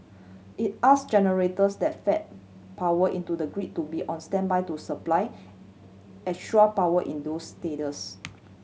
it asked generators that feed power into the grid to be on standby to supply extra power in those status